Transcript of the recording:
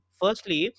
firstly